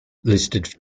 listed